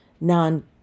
non